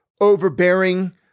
overbearing